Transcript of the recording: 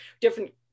different